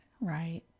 right